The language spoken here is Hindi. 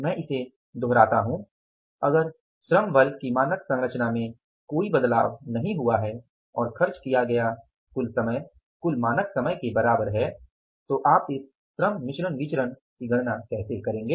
मैं इसे दोहराता हूं अगर श्रम बल की मानक संरचना में कोई बदलाव नहीं हुआ है और खर्च किया गया कुल समय कुल मानक समय के बराबर है तो आप इस श्रम मिश्रण विचरण की गणना कैसे करेंगे